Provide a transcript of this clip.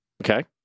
Okay